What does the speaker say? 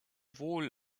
wohl